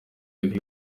lick